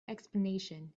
explanation